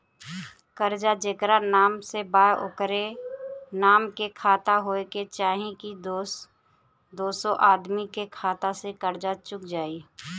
कर्जा जेकरा नाम से बा ओकरे नाम के खाता होए के चाही की दोस्रो आदमी के खाता से कर्जा चुक जाइ?